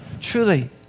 Truly